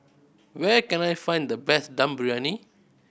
where can I find the best Dum Briyani